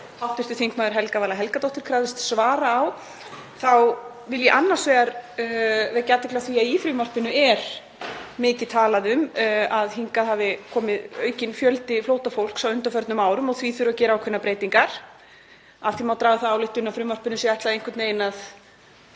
sem hv. þm. Helga Vala Helgadóttir krafðist svara við, þá vil ég annars vegar vekja athygli á því að í frumvarpinu er mikið talað um að hingað hafi komið aukinn fjöldi flóttafólks á undanförnum árum og því þurfi að gera ákveðnar breytingar. Af því má draga þá ályktun að frumvarpinu sé ætlað einhvern veginn að